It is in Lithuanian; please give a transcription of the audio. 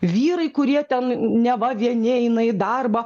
vyrai kurie ten neva vieni eina į darbą